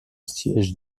siège